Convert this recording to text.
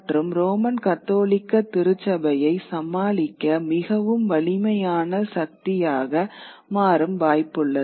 மற்றும் ரோமன் கத்தோலிக்க திருச்சபையை சமாளிக்க மிகவும் வலிமையான சக்தியாக மாறும் வாய்ப்புள்ளது